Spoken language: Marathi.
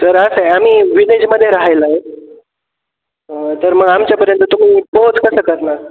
सर असं आहे आम्ही विहलेजमध्ये राहिला आहे तर मग आमच्यापर्यंत तुम्ही पोहोच कसं करणार